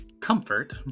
comfort